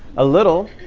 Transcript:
a little,